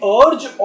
urge